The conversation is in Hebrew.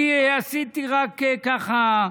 אני עשיתי רק, ככה,